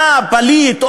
לפליט,